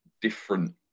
different